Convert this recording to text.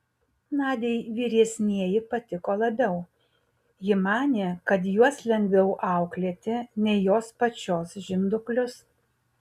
nadiai vyresnieji patiko labiau ji manė kad juos lengviau auklėti nei jos pačios žinduklius